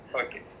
okay